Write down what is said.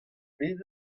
bet